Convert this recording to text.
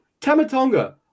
tamatonga